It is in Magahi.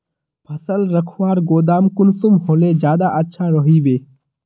फसल रखवार गोदाम कुंसम होले ज्यादा अच्छा रहिबे?